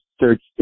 search